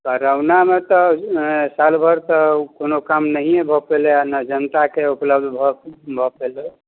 करोनामे तऽ सालभरसँ कोनो काम नहिये भऽ पयलै हँ ने जनताके ऊपलब्ध भऽ पयलै